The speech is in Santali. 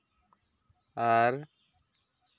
ᱟᱨ